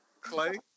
Clay